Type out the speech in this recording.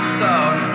thought